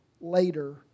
later